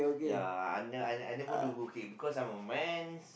ya I ne~ I I never do cooking because I am man